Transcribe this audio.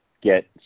get